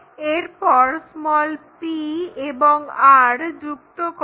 এরপর p এবং r যুক্ত করো